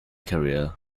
career